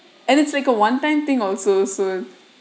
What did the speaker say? and it's like a one time thing also so